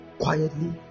quietly